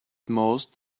most